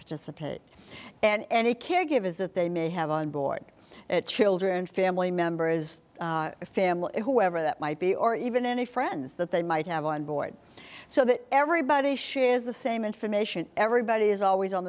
participate and the caregivers that they may have on board children family member is a family whoever that might be or even any friends that they might have on board so that everybody shares the same information everybody is always on